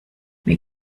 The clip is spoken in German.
mir